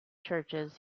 churches